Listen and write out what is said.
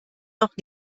noch